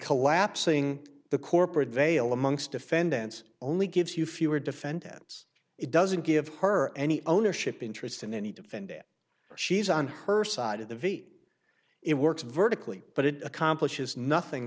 collapsing the corporate veil amongst defendants only gives you fewer defendants it doesn't give her any ownership interest in any defendant she's on her side of the v it works vertically but it accomplishes nothing